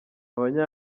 abanye